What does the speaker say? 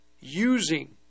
using